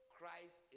Christ